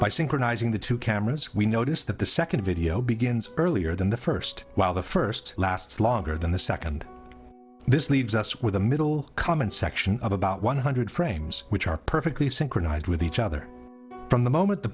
by synchronizing the two cameras we notice that the second video begins earlier than the first while the first lasts longer than the second this leaves us with a middle comment section of about one hundred frames which are perfectly synchronized with each other from the moment the